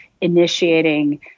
initiating